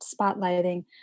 spotlighting